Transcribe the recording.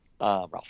Ralph